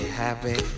happy